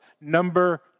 number